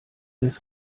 des